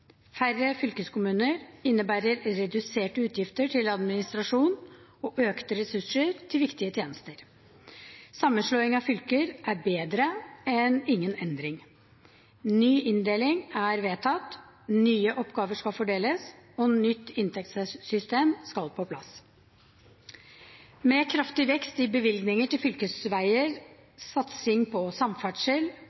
Færre fylkeskommuner innebærer reduserte utgifter til administrasjon og økte ressurser til viktige tjenester. Sammenslåing av fylker er bedre enn ingen endring. Ny inndeling er vedtatt, nye oppgaver skal fordeles, og nytt inntektssystem skal på plass. Med kraftig vekst i bevilgninger til fylkesveier,